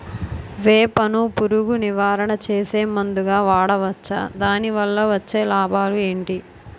వేప ను పురుగు నివారణ చేసే మందుగా వాడవచ్చా? దాని వల్ల వచ్చే లాభాలు ఏంటి?